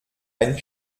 ein